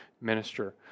minister